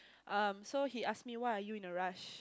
um so he ask me why are you in a rush